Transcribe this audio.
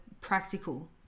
practical